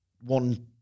one